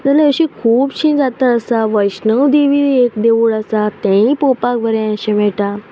पूण अशी खुबशीं जात्रा आसा वैष्णो देवी एक देवूळ आसा तेय पोवपाक बरें अशें मेळटा